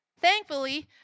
Thankfully